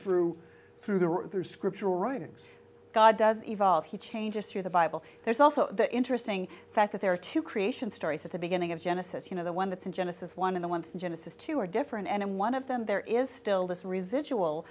through through the router scriptural writings god does evolve he changes through the bible there's also the interesting fact that there are two creation stories at the beginning of genesis you know the one that's in genesis one and the ones in genesis two are different and one of them there is still this residual